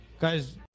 guys